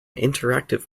interactive